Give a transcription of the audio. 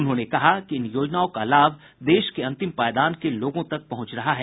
उन्होंने कहा कि इन योजनाओं का लाभ देश के अंतिम पायदान के लोगों तक पहुंच रहा है